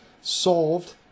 solved